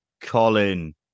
Colin